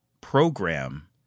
program